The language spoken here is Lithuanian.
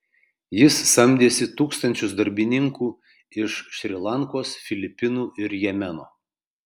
jis samdėsi tūkstančius darbininkų iš šri lankos filipinų ir jemeno